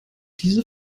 diese